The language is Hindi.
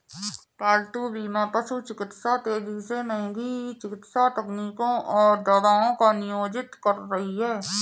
पालतू बीमा पशु चिकित्सा तेजी से महंगी चिकित्सा तकनीकों और दवाओं को नियोजित कर रही है